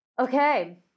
Okay